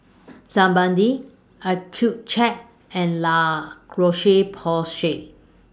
Sebamed Accucheck and La Roche Porsay